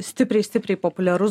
stipriai stipriai populiarus